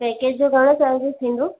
package जो घणो charge थींदो